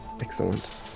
Excellent